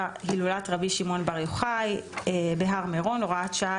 הילולת רבי שמעון בר יוחאי בהר מירון)(הוראת שעה),